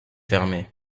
fermée